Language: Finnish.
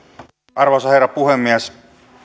arvoisa herra puhemies